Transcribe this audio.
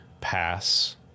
pass